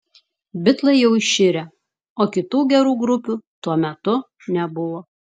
bitlai jau iširę o kitų gerų grupių tuo metu nebuvo